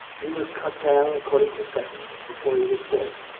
he was cut down, according to sentence, before he was dead,